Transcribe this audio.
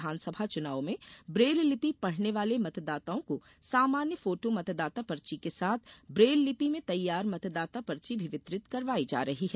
विधानसभा चुनाव में ब्रेललिपि पढ़ने वाले मतदाताओं को सामान्य फोटो मतदाता पर्ची के साथ ब्रेल लिपि में तैयार मतदाता पर्ची भी वितरित करवाई जा रही है